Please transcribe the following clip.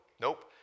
nope